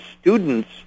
students